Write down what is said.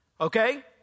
okay